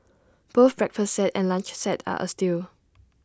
both breakfast set and lunch set are A steal